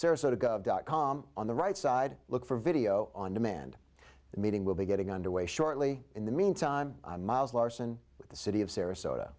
sarasota dot com on the right side look for video on demand the meeting will be getting underway shortly in the mean time miles larson the city of sarasota